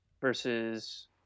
versus